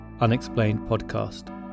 unexplainedpodcast